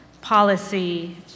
policy